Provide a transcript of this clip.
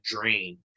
drain